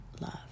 love